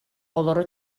олоро